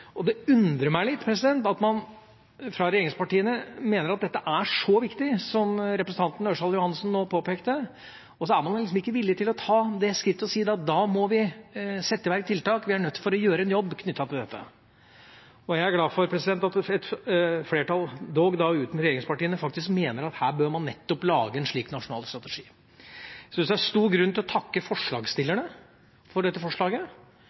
på. Det undrer meg litt, at man fra regjeringspartiene mener at dette er så viktig, slik som representanten Ørsal Johansen nå påpekte, men man er ikke villig til å ta skrittet og si at da må vi sette i verk tiltak, her er vi er nødt til å gjøre en jobb. Jeg er glad for at et flertall, dog uten regjeringspartiene, mener at her bør man lage en slik nasjonal strategi. Jeg syns det er stor grunn til å takke forslagsstillerne. Jeg mener dette